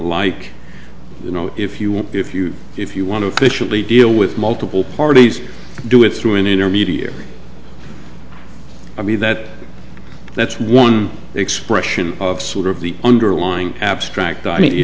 like you know if you want if you if you want to officially deal with multiple parties do it through an intermediary i mean that that's one expression of sort of the underlying abstract i